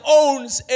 owns